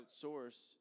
outsource